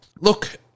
Look